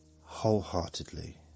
wholeheartedly